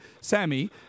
Sammy